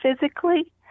physically